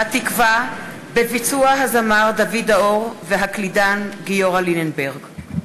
"התקווה" בביצוע הזמר דוד ד'אור והקלידן גיורא ליננברג.